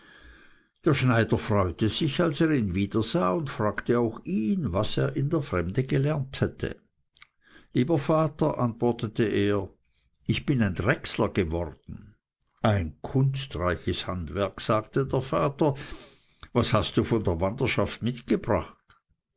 der schneider freute sich als er ihn wiedersah und fragte auch ihn was er in der fremde gelernt hätte lieber vater antwortete er ich bin ein drechsler geworden ein kunstreiches handwerk sagte der vater was hast du von der wanderschaft mitgebracht